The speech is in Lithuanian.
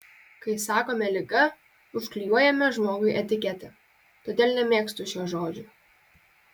kai sakome liga užklijuojame žmogui etiketę todėl nemėgstu šio žodžio